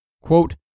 Quote